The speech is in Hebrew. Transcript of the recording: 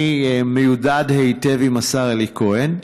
אני מיודד היטב עם השר אלי כהן,